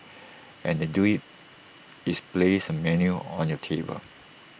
and they do IT is place A menu on your table